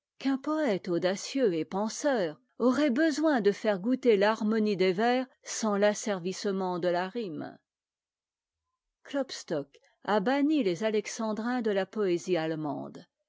poëte audacieux et penseur aurait besoin de faire goûter l'harmonie des vers sans l'asservissement de la rime klopstock a banni les alexandrins de la poésie allemande